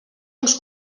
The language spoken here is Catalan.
uns